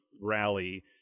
rally